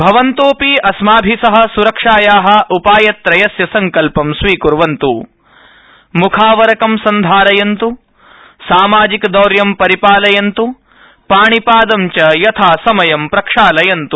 भवन्तोऽपि अस्माभि सह सुरक्षाया उ ायत्रयस्य संकल ं स्वीक्वन्त् मुखावरंक सन्धारयन्त् सामाजिकदौर्य परिपालयन्त् पाणिपादं च यथासमयं प्रक्षालयन्त्